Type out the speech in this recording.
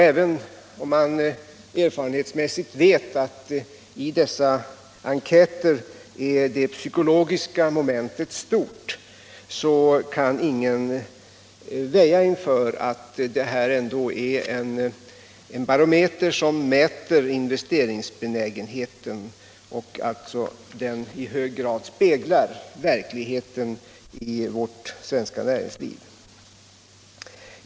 Även om man erfarenhetsmässigt vet att det psykologiska momentet är stort i sådana enkäter, kan ingen förneka att de är en barometer för investeringsbenägenheten och att de alltså i hög grad speglar verkligheten i det svenska näringslivet.